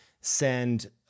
send